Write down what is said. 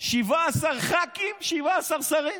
17 ח"כים, 17 שרים